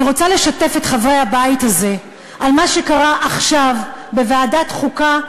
אני רוצה לשתף את חברי הבית הזה במה שקרה עכשיו בוועדת החוקה,